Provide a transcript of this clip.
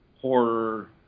horror